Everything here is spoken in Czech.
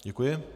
Děkuji.